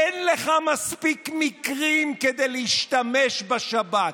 אין לך מספיק מקרים כדי להשתמש בשב"כ.